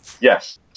Yes